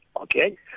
Okay